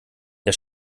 der